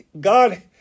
God